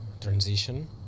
transition